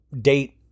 date